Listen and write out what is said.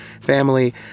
family